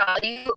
value